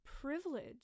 privilege